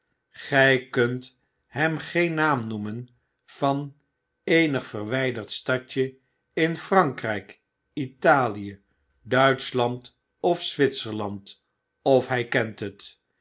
gij kunt hem geen naam noemen van eenig verwyderd stadje in prankryk italie duitschlandofzwitserland of hij kent het